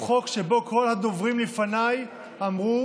הוא חוק שבו כל הדוברים לפניי אמרו